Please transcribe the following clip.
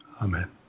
Amen